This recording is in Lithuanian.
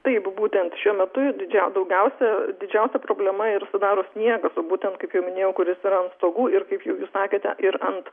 taip būtent šiuo metu didžią daugiausia didžiausia problema ir sudaro sniegas o būten kaip jau minėjau kuris yra stogų ir kaip jau jūs sakėte ir ant